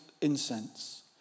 incense